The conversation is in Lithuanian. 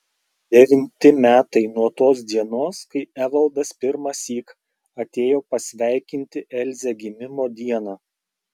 devinti metai nuo tos dienos kai evaldas pirmąsyk atėjo pasveikinti elzę gimimo dieną